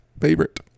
favorite